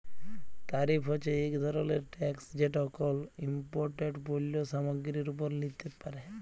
তারিফ হছে ইক ধরলের ট্যাকস যেট কল ইমপোর্টেড পল্য সামগ্গিরির উপর লিতে পারে